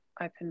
open